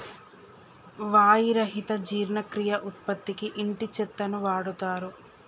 వాయి రహిత జీర్ణక్రియ ఉత్పత్తికి ఇంటి చెత్తను వాడుతారు